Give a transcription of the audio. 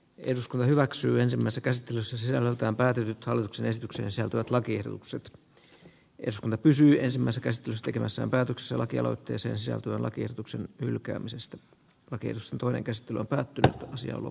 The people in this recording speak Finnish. eduskunta hyväksyy ensimmäistä käsittelyssä sisällöltään päätynyt hallituksen esitykseen sisältyvät lakiehdotukset e sono pysyi ensimmäisen käsitys tekemänsä päätöksen lakialoitteeseen sisältyvän lakiehdotuksen hylkäämisestä tokiossa toinen käsittely päättynee sielu